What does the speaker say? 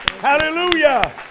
Hallelujah